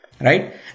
right